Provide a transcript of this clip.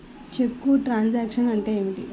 చెక్కు truncation అంటే ఏమిటి?